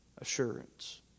Assurance